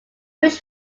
wish